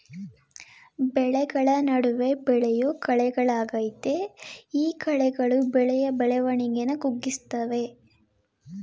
ಬೆಳೆಗಳ ನಡುವೆ ಬೆಳೆಯೋ ಕಳೆಗಳಾಗಯ್ತೆ ಈ ಕಳೆಗಳು ಬೆಳೆಯ ಬೆಳವಣಿಗೆನ ಕುಗ್ಗಿಸ್ತವೆ